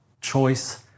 choice